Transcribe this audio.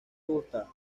gusta